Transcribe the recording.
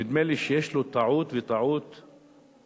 נדמה לי שיש לו טעות, וטעות רצינית.